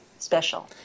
special